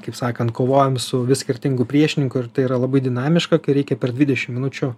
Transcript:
kaip sakant kovojam su vis skirtingu priešininku ir tai yra labai dinamiška kai reikia per dvidešimt minučių